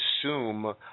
assume